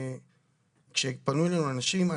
כשפנו אלינו אנשים.